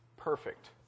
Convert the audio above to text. Perfect